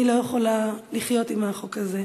אני לא יכולה לחיות עם החוק הזה.